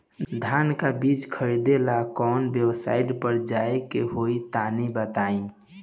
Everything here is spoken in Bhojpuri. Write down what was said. धान का बीज खरीदे ला काउन वेबसाइट पर जाए के होई तनि बताई?